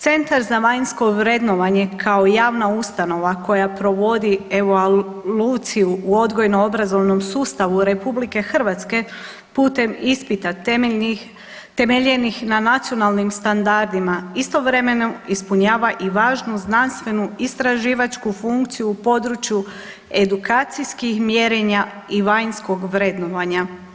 Centar za vanjsko vrednovanje kao javna ustanova koja provodi evoluciju u odgojno obrazovnom sustavu RH putem ispita temeljnih, temeljenih na nacionalnim standardima istovremeno ispunjava i važnu znanstvenu istraživačku funkciju u područje edukacijskih mjerenja i vanjskog vrednovanja.